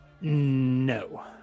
No